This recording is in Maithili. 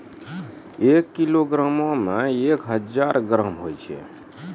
एक किलोग्रामो मे एक हजार ग्राम होय छै